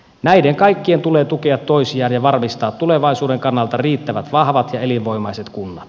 näiden kaikkien tulee tukea toisiaan ja varmistaa tulevaisuuden kannalta riittävän vahvat ja elinvoimaiset kunnat